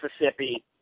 Mississippi